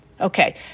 Okay